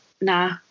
nah